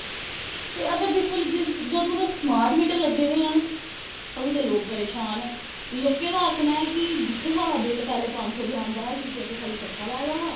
ते अगर जदूं दे स्मार्ट मीटर लग्गे दे हैन ते अदूं दे लोग परेशान न लोके दा आखना ऐ कि जि'त्थें साढ़ा बिल पंज सौ रपेआ आंदा हा क्योंकि असें खा'ल्ली पक्खा लाए दा हा